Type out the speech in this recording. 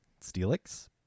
steelix